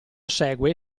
segue